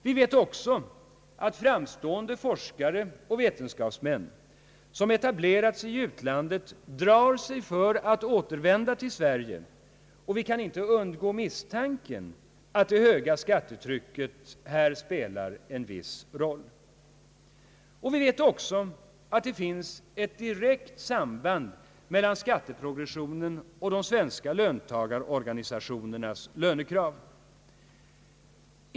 Vi vet också att framstående forskare och vetenskapsmän som etablerat sig i utlandet drar sig för att återvända till Sverige, och vi kan inte undgå misstanken att det höga skattetrycket här spelar en viss roll för dem. Vidare vet vi att det finns ett direkt samband mellan skatteprogressionen och de svenska löntagarorganisationernas lönekrav.